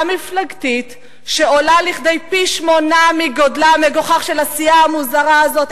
מפלגתית שעולה לכדי פי-שמונה מגודלה המגוחך של הסיעה המוזרה הזאת,